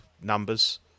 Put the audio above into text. numbers